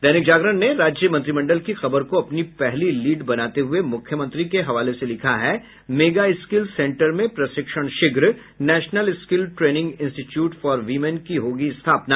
दैनिक जागरण ने राज्य मंत्रिमंडल की खबर को अपनी पहली लीड बनाते हुये मुख्यमंत्री के हवाले से लिखा है मेगा स्किल सेंटर में प्रशिक्षण शीघ्र national skill training institute for women की होगी स्थापना